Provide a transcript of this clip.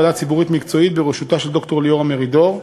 ועדה ציבורית מקצועית בראשותה של ד"ר ליאורה מרידור.